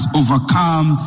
overcome